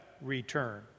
return